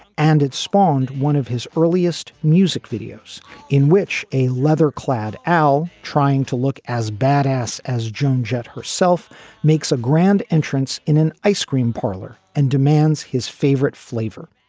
and it spawned one of his earliest music videos in which a leather clad owl trying to look as bad ass as joan jett herself makes a grand entrance in an ice cream parlor and demands his favorite flavor.